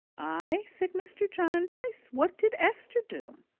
aye? said mr. jarndyce. what did esther do?